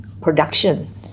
production